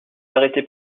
arrêté